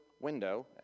window